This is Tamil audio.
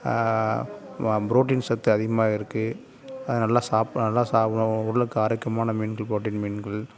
புரோட்டின் சத்து அதிகமாக இருக்குது நல்லா சாப் நல்லா சாப்பு உடலுக்கு ஆரோக்கியமான மீன் புரோட்டின் மீன்கள்